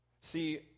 See